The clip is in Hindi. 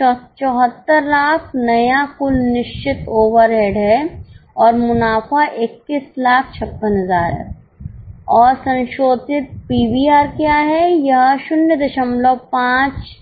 7400000 नया कुल निश्चित ओवरहेड है और मुनाफा 2156000 है और संशोधित पीवीआर क्या है यह 05014 है